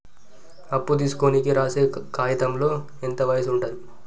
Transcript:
అప్పు తీసుకోనికి రాసే కాయితంలో ఎంత వయసు ఉంటది?